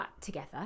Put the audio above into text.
together